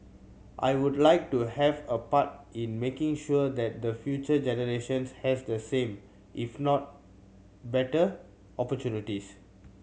I would like to have a part in making sure that the future generations has the same if not better opportunities